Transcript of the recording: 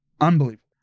Unbelievable